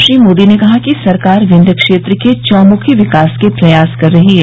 श्री मोदी ने कहा कि सरकार विंध्य क्षेत्र के चौमुखी विकास के प्रयास कर रही है